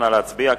נא להצביע.